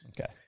Okay